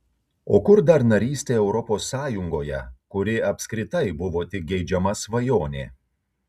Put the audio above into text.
o kur dar narystė europos sąjungoje kuri apskritai buvo tik geidžiama svajonė